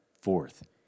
Fourth